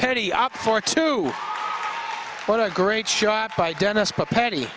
pretty opt for two what a great shot by dennis but patty